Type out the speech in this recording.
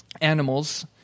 animals